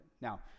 Now